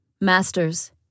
Masters